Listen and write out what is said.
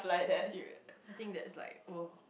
dude I think that's like [whao]